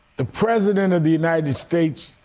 the president of the united states,